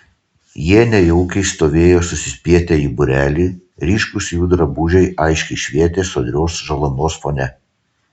jie nejaukiai stovėjo susispietę į būrelį ryškūs jų drabužiai aiškiai švietė sodrios žalumos fone